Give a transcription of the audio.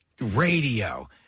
radio